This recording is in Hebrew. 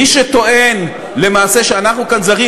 מי שטוען למעשה שאנחנו כאן זרים,